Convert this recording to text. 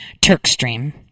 TurkStream